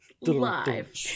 Live